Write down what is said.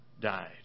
died